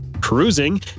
cruising